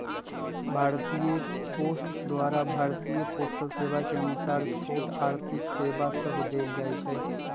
भारतीय पोस्ट द्वारा भारतीय पोस्टल सेवा के अनुसार छोट आर्थिक सेवा सभ देल जाइ छइ